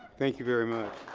thank you very much.